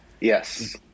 Yes